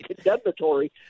condemnatory